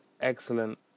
excellent